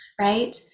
right